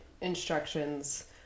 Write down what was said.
instructions